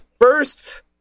First